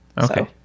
Okay